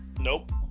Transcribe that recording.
Nope